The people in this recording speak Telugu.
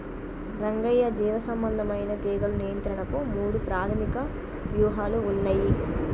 రంగయ్య జీవసంబంధమైన తీగలు నియంత్రణకు మూడు ప్రాధమిక వ్యూహాలు ఉన్నయి